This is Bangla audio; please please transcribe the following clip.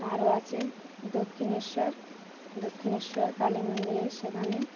আরও আছে দক্ষিণেশ্বর দক্ষিণেশ্বর কালী মন্দিরে সেখানে